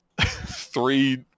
three